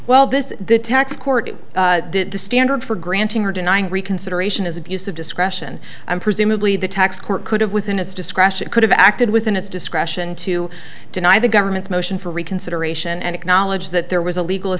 tax court the standard for granting or denying reconsideration is abuse of discretion and presumably the tax court could have within its discretion could have acted within its discretion to deny the government's motion for reconsideration and acknowledge that there was a legal